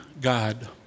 God